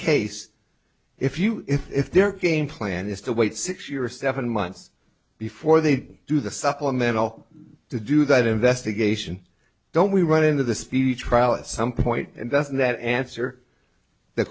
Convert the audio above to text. case if you if their game plan is to wait six years or seven months before they do the supplemental to do that investigation don't we run into the speedy trial at some point doesn't that answer the